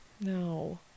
no